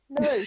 No